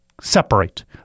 Separate